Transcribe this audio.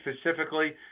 specifically